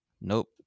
Nope